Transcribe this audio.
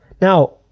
Now